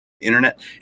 internet